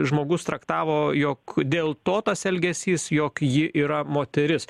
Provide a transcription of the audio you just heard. žmogus traktavo jog dėl to tas elgesys jog ji yra moteris